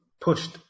pushed